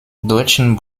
deutschen